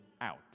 out